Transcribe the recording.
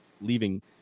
leaving